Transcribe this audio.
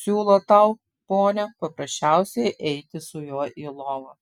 siūlo tau ponia paprasčiausiai eiti su juo į lovą